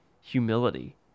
Humility